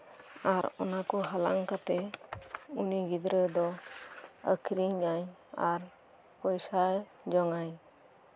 ᱟᱨ ᱚᱱᱟᱠᱚ ᱦᱟᱞᱟᱝ ᱠᱟᱛᱮᱫ ᱩᱱᱤ ᱜᱤᱫᱽᱨᱟᱹ ᱫᱚ ᱟᱠᱷᱨᱤᱧ ᱟᱭ ᱯᱚᱭᱥᱟ ᱡᱚᱝ ᱟᱭ